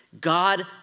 God